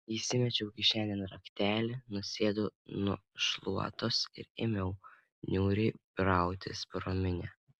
įsimečiau kišenėn raktelį nusėdau nu šluotos ir ėmiau niūriai brautis pro minią